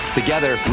together